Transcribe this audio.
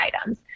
items